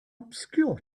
obscure